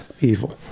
evil